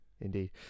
Indeed